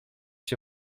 się